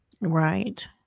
Right